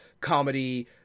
comedy